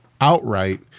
outright